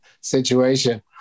situation